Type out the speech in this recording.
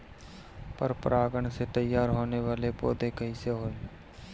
पर परागण से तेयार होने वले पौधे कइसे होएल?